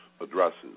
addresses